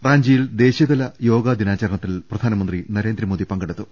റാഞ്ചിയിൽ ദേശീയതല യോഗാ ദിനാചരണത്തിൽ പ്രധാനമന്ത്രി നരേന്ദ്രമോദി പങ്കെടുത്തു